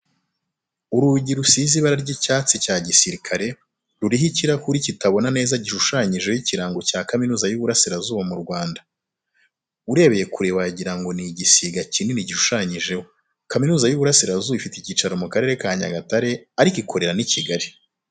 Urugi rusize ibara ry'icyatsi cya gisirikare, rurimo ikirahure kitabona gishushanyijeho ikirango cya kaminuza y'Uburasirazuba mu Rwanda. Urebeye kure wagira ngo ni igisiga kinini gishushanyijeho. Kaminuza y'Uburasirazuba ifite icyicaro mu Karere ka Nyagatare ariko ikorera n'i Kigali.